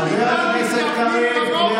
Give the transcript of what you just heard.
חבר הכנסת קריב, קריאה